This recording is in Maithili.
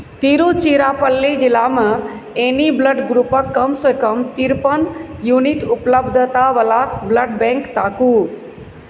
तिरुचिराप्पल्ली जिलामे एनी ब्लड ग्रुपके कमसँ कम तिरपन यूनिट उपलब्धतावला ब्लड बैंक ताकू